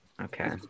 Okay